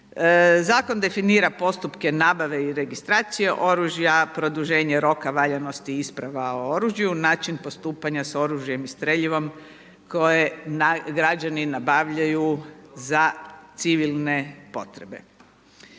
Zakon definira postupke nabavke i registracije oružja, produženje roka valjanosti isprava o oružju, način postupanja sa oružjem i streljivom koje građani nabavljaju za civilne potrebe.